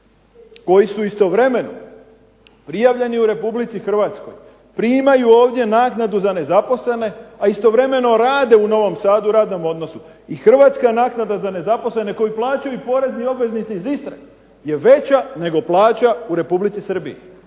koji su istovremeno prijavljeni u Republici HRvatskoj, primaju ovdje naknadu za nezaposlene, a istovremeno rade u Novom Sadu u radnom odnosu. I hrvatska naknada za nezaposlene koji plaćaju porezni obveznici iz Istre je veća nego plaća u Republici Srbiji.